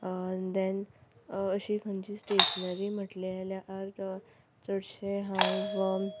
and then अशी खंयची stationery म्हणलें जाल्यार चडशें हांव